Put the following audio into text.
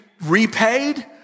repaid